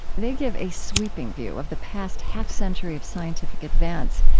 they give a sweeping view of the past half century of scientific advance.